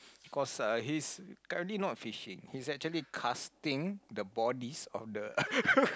cause uh he's currently not fishing he's actually casting the bodies of the